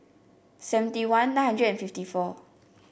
seventy one nine hundred and fifty four